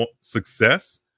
success